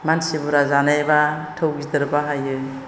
मानसि बुरजा जानायब्ला थौ गिदिर बाहायो